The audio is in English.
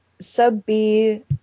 sub-B